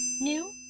New